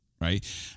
right